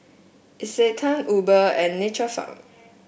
Isetan Uber and Nature Farm